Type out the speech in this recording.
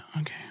Okay